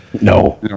No